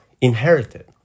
inherited